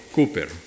Cooper